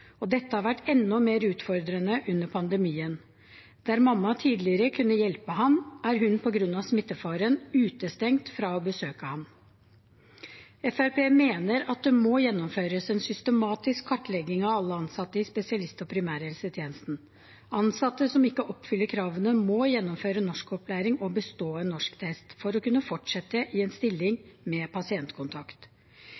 og dette har vært enda mer utfordrende under pandemien. Der mamma tidligere kunne hjelpe ham, er hun på grunn av smittefaren utestengt fra å besøke ham. Fremskrittspartiet mener at det må gjennomføres en systematisk kartlegging av alle ansatte i spesialist- og primærhelsetjenesten. Ansatte som ikke oppfyller kravene, må gjennomføre norskopplæring og bestå en norsktest for å kunne fortsette i en stilling